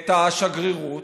את השגרירות,